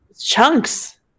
chunks